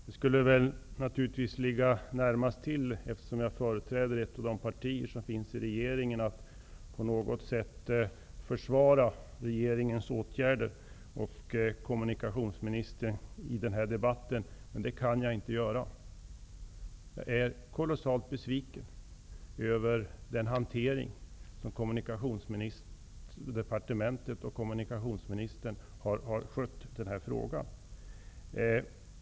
Herr talman! Eftersom jag företräder ett av regeringspartierna skulle det väl ligga närmast till hands att jag i den här debatten på något sätt skulle försvara regeringens åtgärder och kommunikationsministern. Men det kan jag inte göra. Jag är kolossalt besviken över det sätt på vilket departementet och kommunikationsministern har skött den här frågan.